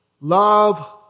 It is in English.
love